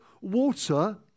water